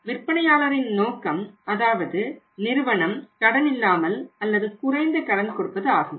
விற்பனையாளரின் நோக்கம் அதாவது நிறுவனம் கடன் இல்லாமல் அல்லது குறைந்த கடன் கொடுப்பது ஆகும்